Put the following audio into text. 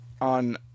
on